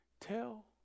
tell